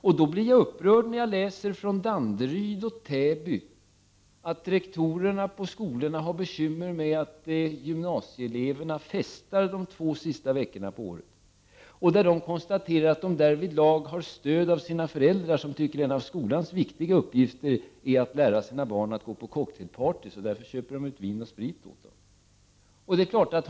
Jag blir upprörd när jag läser att rektorerna på skolorna i Danderyd och Täby har bekymmer med att gymnasieeleverna festar de sista två veckorna av terminen och att de därvidlag har stöd av sina föräldrar, som tycker att det är en av skolans viktiga uppgifter att lära deras barn att gå på cocktailparty och som därför köper ut vin och sprit till dem.